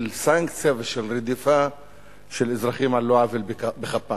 סנקציה ושל רדיפת אזרחים על לא עוול בכפם.